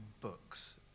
books